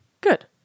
good